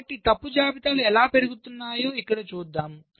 కాబట్టి తప్పు జాబితాలు ఎలా పెరుగుతాయో ఇక్కడ చూద్దాం